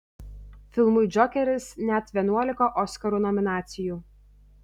filmui džokeris net vienuolika oskarų nominacijų